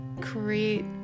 create